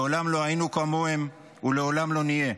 מעולם לא היינו כמוהם ולעולם לא נהיה.